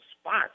spots